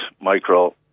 Micro